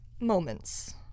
moments